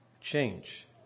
change